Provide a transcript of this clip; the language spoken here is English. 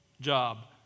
job